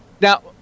Now